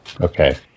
Okay